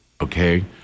okay